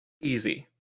Easy